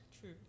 True